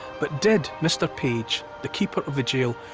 but did mr page, the keeper of the jail,